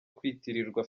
kwitirirwa